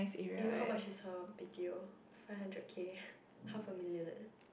you know how much is her b_t_o five hundred K half a million eh